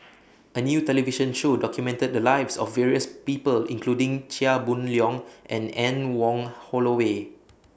A New television Show documented The Lives of various People including Chia Boon Leong and Anne Wong Holloway